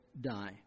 die